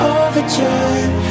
overjoyed